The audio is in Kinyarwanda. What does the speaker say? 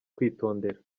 kwitondera